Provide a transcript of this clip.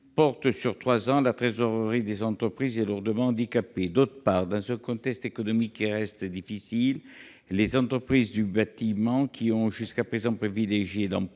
portant sur trois ans, la trésorerie des entreprises est fortement handicapée. D'autre part, dans un contexte économique qui reste difficile, les entreprises du bâtiment, qui ont jusqu'à présent privilégié l'emploi,